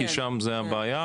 כי שם זה הבעיה,